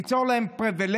ליצור להן פריבילגיות,